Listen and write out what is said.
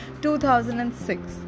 2006